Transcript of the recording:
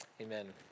Amen